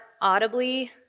audibly